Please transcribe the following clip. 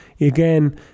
Again